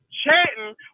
chatting